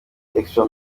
extra